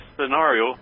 scenario